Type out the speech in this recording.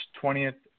twentieth